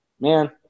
Man